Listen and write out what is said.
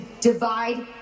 divide